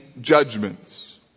judgments